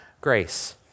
grace